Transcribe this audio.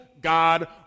God